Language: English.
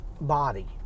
body